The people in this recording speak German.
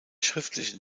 schriftliche